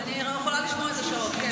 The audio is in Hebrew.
אני מוכנה לשמוע את ההצעות, כן.